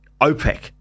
OPEC